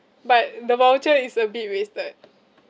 but the voucher is a bit wasted